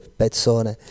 pezzone